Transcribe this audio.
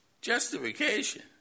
Justification